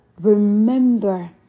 Remember